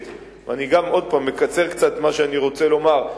ואני מקצר קצת את מה שאני רוצה לומר,